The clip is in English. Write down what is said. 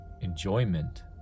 enjoyment